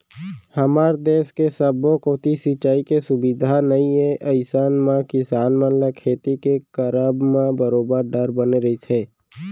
हमर देस के सब्बो कोती सिंचाई के सुबिधा नइ ए अइसन म किसान मन ल खेती के करब म बरोबर डर बने रहिथे